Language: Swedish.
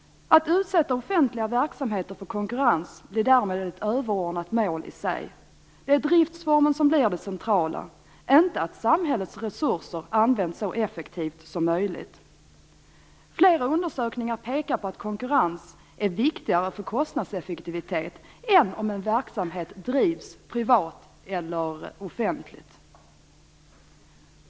Att utsätta offentliga verksamheter för konkurrens blir därmed ett överordnat mål i sig. Det är driftsformen som blir det centrala, inte att samhällets resurser används så effektivt som möjligt. Flera undersökningar pekar på att konkurrens är viktigare för kostnadseffektivitet än om en verksamhet drivs privat eller offentligt.